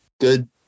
good